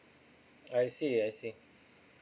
I see I see